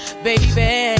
Baby